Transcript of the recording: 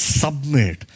submit